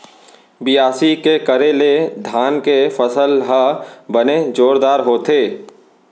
बियासी के करे ले धान के फसल ह बने जोरदार होथे